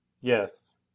Yes